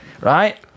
right